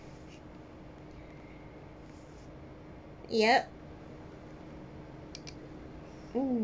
yup mm